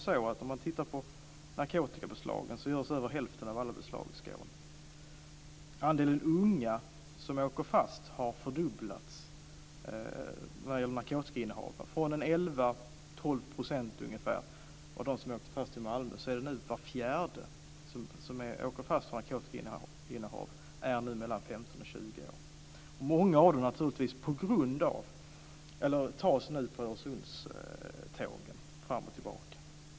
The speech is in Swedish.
Beträffande narkotikabeslagen görs fortfarande över hälften av alla beslag i Skåne. Andelen unga som åker fast har fördubblats när det gäller narkotikainnehav. Från 11-12 % av dem som åkte fast för narkotikainnehav i Malmö är nu var fjärde mellan 15 och 20 år. Många av dem tas nu på Öresundstågen.